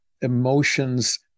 emotions